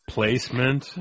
Placement